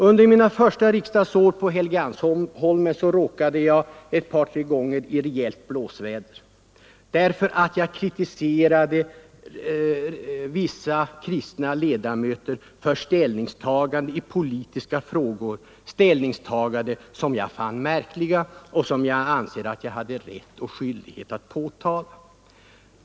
Under mina första år på Helgeandsholmen råkade jag ett par tre gånger i blåsväder därför att jag kritiserade vissa kristna ledamöter för deras ställningstaganden i politiska frågor, ställningstaganden som jag fann märkliga och som jag ansåg mig ha rätt och skyldighet att påtala.